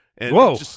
Whoa